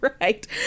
right